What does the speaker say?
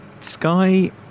Sky